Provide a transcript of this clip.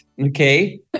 okay